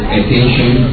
attention